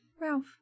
Ralph